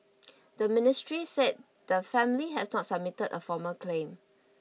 the ministry said the family has not submitted a formal claim